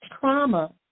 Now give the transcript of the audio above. trauma